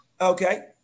okay